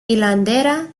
hilandera